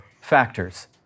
factors